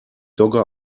dogge